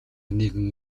нэгэн